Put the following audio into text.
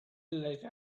like